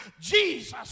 Jesus